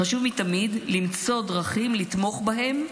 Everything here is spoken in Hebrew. חשוב מתמיד למצוא דרכים לתמוך בהם,